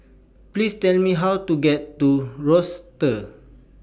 Please Tell Me How to get to roster